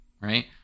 right